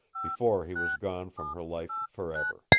before he was gone from her life forever.